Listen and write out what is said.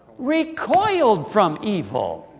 recoiled from evil.